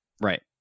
right